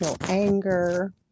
anger